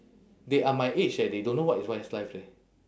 they are my age eh they don't know what is westlife leh